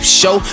show